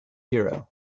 hero